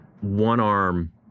one-arm